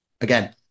Again